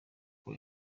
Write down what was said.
uko